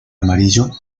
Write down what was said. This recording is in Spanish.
amarillo